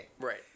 Right